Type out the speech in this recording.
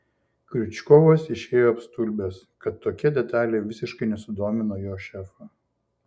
kriučkovas išėjo apstulbęs kad tokia detalė visiškai nesudomino jo šefo